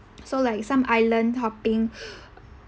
so like some island hopping